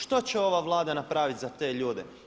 Što će ova Vlada napraviti za te ljude?